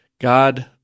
God